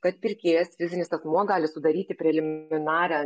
kad pirkėjas fizinis asmuo gali sudaryti preliminarią